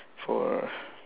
for